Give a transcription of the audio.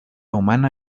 humana